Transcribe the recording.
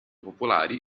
popolari